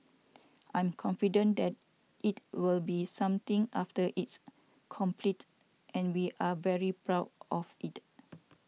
I'm confident that it will be something after it's completed and we are very proud of it